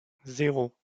zéro